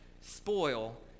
spoil